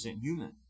human